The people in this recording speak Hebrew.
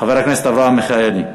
חבר הכנסת אברהם מיכאלי,